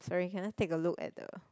sorry can I take a look at the